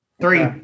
Three